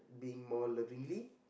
being more lovingly